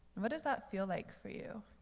what does that feel like for you?